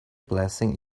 blessing